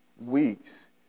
weeks